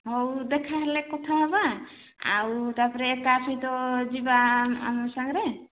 ହଉ ଦେଖାହଲେ କଥା ହେବା ଆଉ ତାପରେ ଏକା ସହିତ ଯିବା ଆମ ସାଙ୍ଗରେ